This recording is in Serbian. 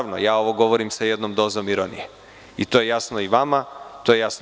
Ovo govorim sa jednom dozom ironije i to jasno i vama i meni.